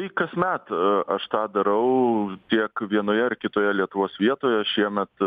tai kasmet aš tą darau tiek vienoje ar kitoje lietuvos vietoje šiemet